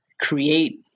create